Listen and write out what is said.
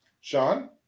Sean